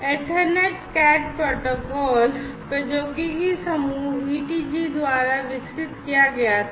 Ethernet CAT protocol EtherCAT प्रौद्योगिकी समूह ETG द्वारा विकसित किया गया था